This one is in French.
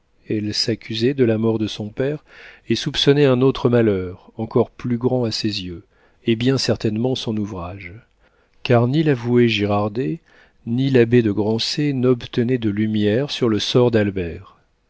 elle s'accusait de la mort de son père et soupçonnait un autre malheur encore plus grand à ses yeux et bien certainement son ouvrage car ni l'avoué girardet ni l'abbé de grancey n'obtenaient de lumières sur le sort d'albert